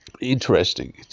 interesting